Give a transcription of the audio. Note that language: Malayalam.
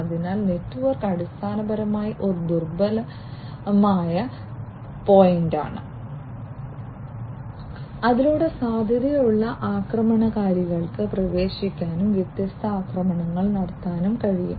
അതിനാൽ നെറ്റ്വർക്ക് അടിസ്ഥാനപരമായി ഒരു ദുർബലമായ പോയിന്റാണ് അതിലൂടെ സാധ്യതയുള്ള ആക്രമണകാരികൾക്ക് പ്രവേശിക്കാനും വ്യത്യസ്ത ആക്രമണങ്ങൾ നടത്താനും കഴിയും